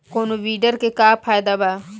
कौनो वीडर के का फायदा बा?